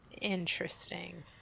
Interesting